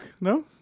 No